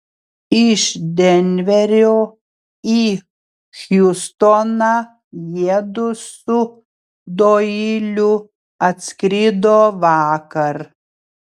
iš denverio į hjustoną jiedu su doiliu atskrido vakar